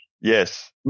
yes